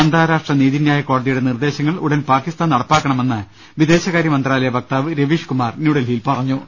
അന്താരാഷ്ട്ര നീതിന്യായ കോടതിയുടെ നിർദ്ദേശങ്ങൾ ഉടൻ പാകിസ്താൻ നടപ്പാക്കണമെന്നും വിദേശകാര്യ മന്ത്രാലയ വക്താവ് രവീഷ് കുമാർ ന്യൂഡൽഹിയിൽ ആവ ശ്യപ്പെട്ടു